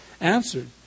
answered